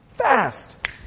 fast